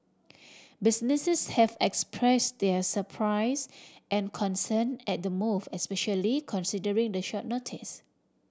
businesses have express their surprise and concern at the move especially considering the short notice